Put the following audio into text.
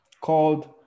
called